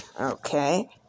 Okay